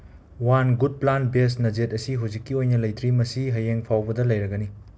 one good plant ꯕꯦꯁ ꯅꯖꯦꯠ ꯑꯁꯤ ꯍꯧꯖꯤꯛꯀꯤ ꯑꯣꯏꯅ ꯂꯩꯇ꯭ꯔꯤ ꯃꯁꯤ ꯍꯌꯦꯡ ꯐꯥꯎꯕꯗ ꯂꯩꯔꯒꯅꯤ